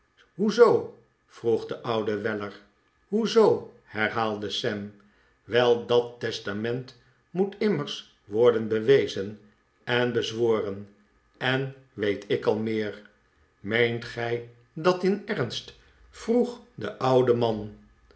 zoo vroeg de oude weller hoe zoo herhaalde sam wel dat testament moet immers worden bewezen en bezworen en weet ik al meer meent gij dat in ernst vroeg de oude man